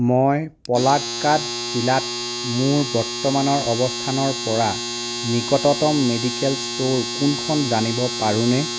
মই পলাক্কাদ জিলাত মোৰ বৰ্তমানৰ অৱস্থানৰ পৰা নিকটতম মেডিকেল ষ্ট'ৰ কোনখন জানিব পাৰোঁনে